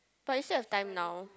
but you still have time now